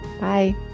Bye